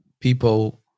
people